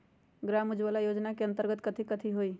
ग्राम उजाला योजना के अंतर्गत कथी कथी होई?